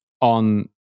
on